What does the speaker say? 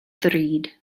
ddrud